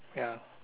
ya